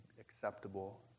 acceptable